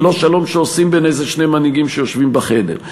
ולא שלום שעושים בין איזה שני מנהיגים שיושבים בחדר.